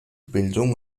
bildung